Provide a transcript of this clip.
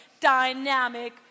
dynamic